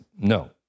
no